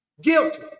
Guilty